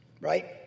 right